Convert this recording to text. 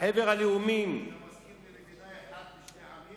חבר הלאומים, אתה מסכים למדינה אחת לשני עמים.